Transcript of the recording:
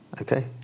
okay